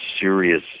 serious